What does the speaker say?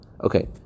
Okay